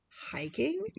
hiking